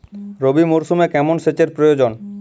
রবি মরশুমে কেমন সেচের প্রয়োজন?